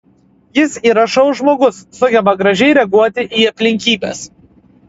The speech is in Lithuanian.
jis yra šou žmogus sugeba gražiai reaguoti į aplinkybes